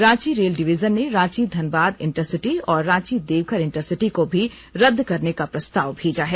Ranchi rail division ने Ranchi Dhanbad intercity और Ranchi Deoghar intercity को भी रद्द करने का प्रस्ताव भेजा है